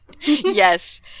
Yes